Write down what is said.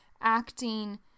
acting